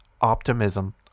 optimism